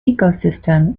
ecosystem